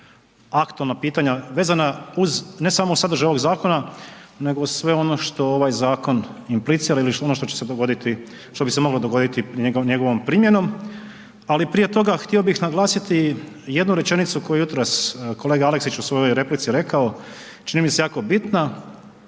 aktualna pitanja vezana uz ne samo sadržaj ovog zakona nego sve ono što ovaj zakon implicira ili ono što bi se moglo dogoditi njegovom primjenom. Ali prije toga htio bih naglasiti jednu rečenicu koju je jutros kolega Aleksić u svojoj replici rekao, čini mi se jako bitna,